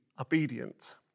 obedient